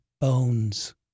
bones